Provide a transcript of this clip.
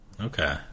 Okay